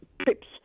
Trips